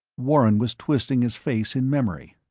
warren was twisting his face in memory.